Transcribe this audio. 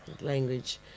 language